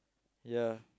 ya